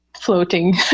floating